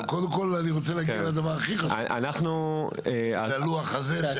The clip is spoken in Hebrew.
לדבר הכי חשוב, ללוח הזה.